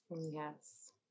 yes